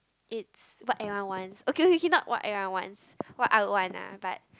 it's what everyone wants okay okay not what everyone wants what I will want ah but